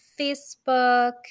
Facebook